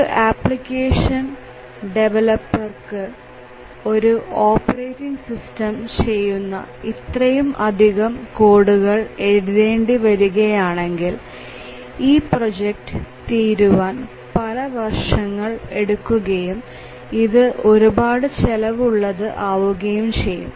ഒരു ആപ്ലിക്കേഷൻ ഡെവലപ്പ്ർക്ക് ഒരു ഓപ്പറേറ്റിംഗ് സിസ്റ്റം ചെയ്യുന്ന ഇത്രയും അധികം കോഡുകൾ എഴുതേണ്ടി വരികയാണെങ്കിൽ ഈ പ്രോജക്ട് തീരുവാൻ പല വർഷങ്ങൾ എടുക്കുകയും ഇത് ഒരുപാട് ചെലവ് ഉള്ളത് ആവുകയും ചെയ്യും